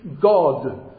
God